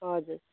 हजुर